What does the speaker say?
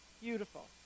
Beautiful